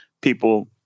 people